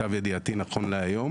למיטב ידיעתי, נכון להיום